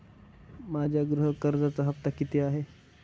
माझ्या गृह कर्जाचा हफ्ता किती आहे?